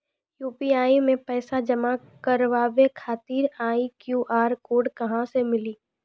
UPI मे पैसा जमा कारवावे खातिर ई क्यू.आर कोड कहां से मिली?